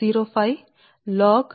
కాబట్టి ఇది వాస్తవానికి 0